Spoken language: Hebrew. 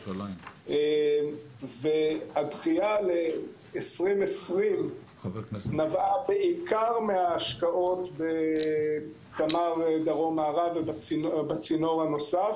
והדחייה ל-2020 נבעה בעיקר מההשקעות בתמר דרום מערב ובצינור הנוסף.